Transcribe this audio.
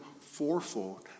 fourfold